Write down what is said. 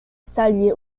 saluaient